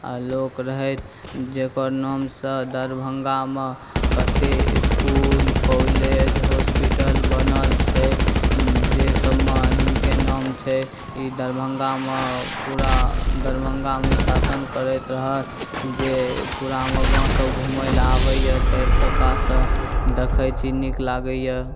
लोक रहथि जकर नामसँ दरभङ्गामे कतेक इसकुल कॉलेज हॉस्पिटल बनल छै जाहिसबमे हिनके नाम छै ई दरभङ्गामे पूरा दरभङ्गामे ई शासन करैत रहथि जे पूरा हमर गामसब घुमैलए आबैए चारि चक्कासँ देखै छी नीक लागैए